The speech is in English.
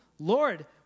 Lord